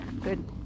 Good